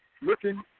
Looking